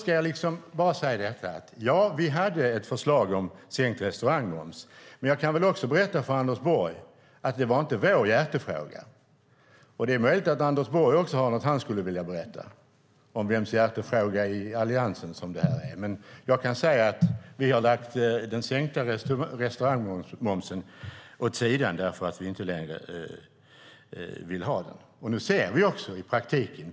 Ja, vi hade ett förslag om sänkt restaurangmoms. Men jag kan också berätta för Anders Borg att det inte var vår hjärtefråga. Det är möjligt att Anders Borg också har något han skulle vilja berätta om vems hjärtefråga i Alliansen som detta är. Vi har lagt den sänkta restaurangmomsen åt sidan därför att vi inte längre vill ha den. Nu ser vi hur det är i praktiken.